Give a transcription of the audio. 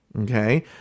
Okay